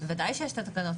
בוודאי שיש את התקנות.